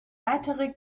weitere